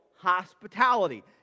hospitality